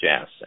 jazz